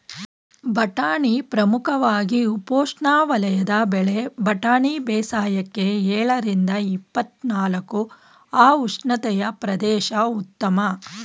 ಬಟಾಣಿ ಪ್ರಮುಖವಾಗಿ ಉಪೋಷ್ಣವಲಯದ ಬೆಳೆ ಬಟಾಣಿ ಬೇಸಾಯಕ್ಕೆ ಎಳರಿಂದ ಇಪ್ಪತ್ನಾಲ್ಕು ಅ ಉಷ್ಣತೆಯ ಪ್ರದೇಶ ಉತ್ತಮ